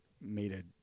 made